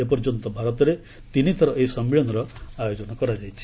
ଏପର୍ଯ୍ୟନ୍ତ ଭାରତରେ ତିନିଥର ଏହି ସମ୍ମିଳନୀର ଆୟୋଜନ କରାଯାଇଛି